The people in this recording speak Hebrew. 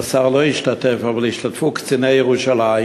השר לא השתתף, אבל השתתפו קציני משטרת ירושלים.